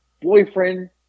boyfriend